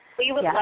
we would